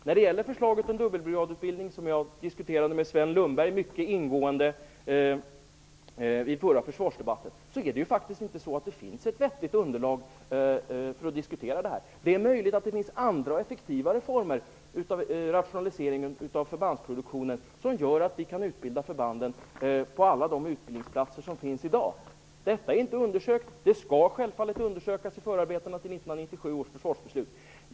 När det gäller förslaget om dubbelbrigadutbildning, som jag mycket ingående diskuterade med Sven Lundberg vid förra försvarsdebatten, finns det faktiskt inte ett vettigt underlag för diskussion. Det är möjligt att det finns andra och effektivare former av rationalisering av förbandsproduktioner som gör att vi kan utbilda förbanden på alla de utbildningsplatser som finns i dag. Detta är inte undersökt. Det skall självfallet undersökas i förarbetena till 1997 års försvarsbeslut.